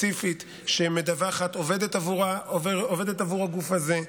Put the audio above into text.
ספציפית שמדווחת, עובדת עבור הגוף הזה.